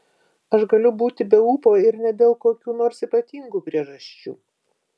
aš galiu būti be ūpo ir ne dėl kokių nors ypatingų priežasčių